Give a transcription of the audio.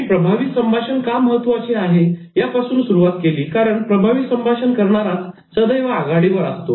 मी प्रभावी संभाषण का महत्वाचे आहे यापासून सुरुवात केली कारण प्रभावी संभाषण करणाराच सदैव आघाडीवर असतो